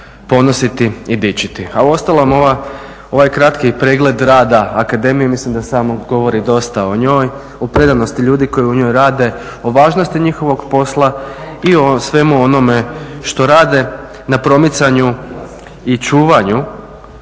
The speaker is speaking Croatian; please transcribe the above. ponositi i dičiti. A uostalom ovaj kratki pregled rada Akademije mislim da samo govori dosta o njoj, o predanosti ljudi koji u njoj rade, o važnosti njihovog posla i o svemu onome što rade na promicanju i čuvanju